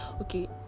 okay